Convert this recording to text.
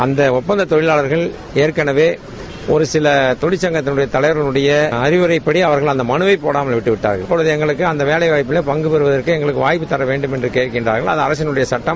அந்த ஒப்பந்த தொழிலாளர்கள் ஏற்களவே ஒரு சில தொழிற்சங்கத்தினுடைய தலைவர்களுடய அறிவுரைப்படி அவர்கள் அந்த மலுவை போடாமல் விட்டுவிட்டார்கள் இப்போது எங்களுக்கு அந்த வேலைவாய்பிலே பங்கு பெறுவதற்கு எங்களுக்கு வாய்ப்பு தர வேண்டும் என்று கேட்கின்றார்கள் அது அரசினுடய சுட்டம்